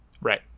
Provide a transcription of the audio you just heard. Right